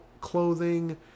clothing